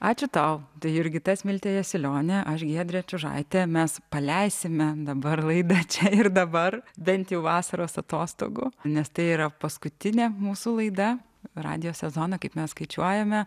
ačiū tau tai jurgita smiltė jasiulionė aš giedrė čiužaitė mes paleisime dabar laidą čia ir dabar bent jau vasaros atostogų nes tai yra paskutinė mūsų laida radijo sezoną kaip mes skaičiuojame